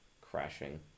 crashing